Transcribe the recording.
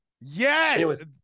Yes